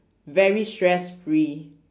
very stress free